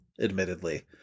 admittedly